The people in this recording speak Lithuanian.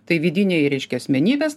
tai vidiniai reiškia asmenybės